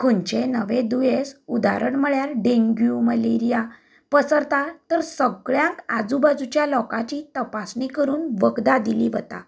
खंयचेय नवें दूयेंस उदाहरण म्हळ्यार डेंग्यू मलेरीया पसरतात तर सगळ्यांक आजूबाजूच्या लोकांक तपासणी करून वखदां दिली वता